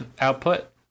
output